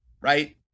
right